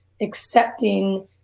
accepting